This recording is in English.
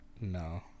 no